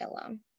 alone